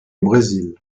brésil